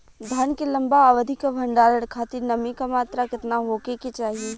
धान के लंबा अवधि क भंडारण खातिर नमी क मात्रा केतना होके के चाही?